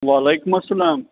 وعلیکُم السلام